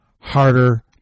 harder